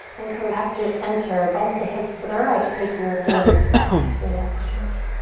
and come back through center. bump the hips to the right, take your gaze past your left shoulder.